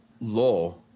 law